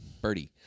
Birdie